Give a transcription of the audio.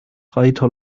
reiter